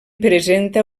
presenta